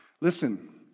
Listen